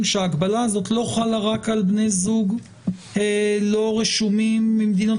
שההגבלה הזאת לא חלה רק על בני זוג לא רשומים ממדינות